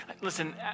Listen